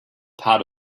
part